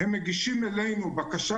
הן מגישות אלינו בקשה.